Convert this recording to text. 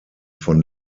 von